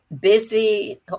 busy